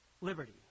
liberty